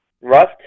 Rust